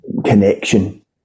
Connection